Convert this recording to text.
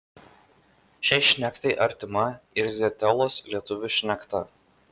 šiai šnektai artima ir zietelos lietuvių šnekta